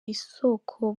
isoko